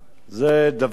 זה דבר